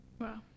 Wow